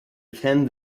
attend